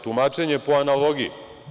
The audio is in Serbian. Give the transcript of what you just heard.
Tumačenje po analogiji.